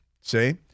see